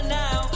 now